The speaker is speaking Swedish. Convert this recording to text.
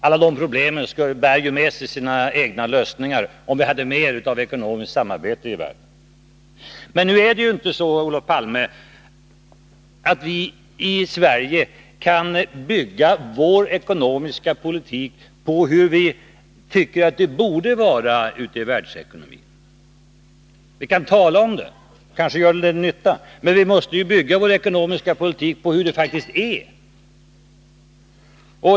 Alla de problemen bär ju med sig sina egna lösningar, som skulle kunna genomföras om vi hade mer av ekonomiskt samarbete i världen. Men nu är det ju inte så, Olof Palme, att vi i Sverige kan bygga vår ekonomiska politik på hur vi tycker att det borde vara i världsekonomin. Vi kan tala om det, och kanske vi gör en del nytta, men vi måste bygga vår ekonomiska politik på hur det faktiskt är.